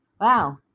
wow